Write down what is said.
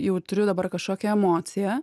jau turiu dabar kažkokią emociją